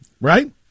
Right